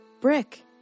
Brick